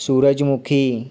સૂરજમુખી